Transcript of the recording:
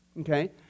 okay